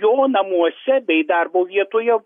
jo namuose bei darbo vietoje